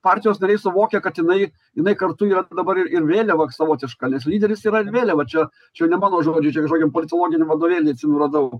partijos nariai suvokia kad jinai jinai kartu yra dabar ir ir vėliava savotiška nes lyderis yra ir vėliava čia čia ne mano žodžiai čia kažkokiam politologiniam vadovėly atsimenu radau